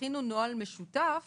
"יכינו נוהל משותף